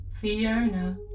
Fiona